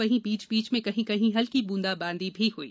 वहीं बीच बीच में कहीं कहीं हल्की बूंदा बांदी भी हुई